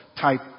type